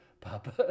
Papa